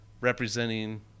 representing